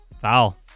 Foul